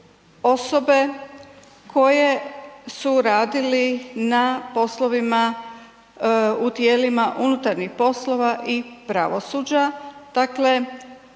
osobe koje su radili na poslovima u tijelima unutarnjih poslova i pravosuđa, dakle